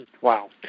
Wow